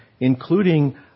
including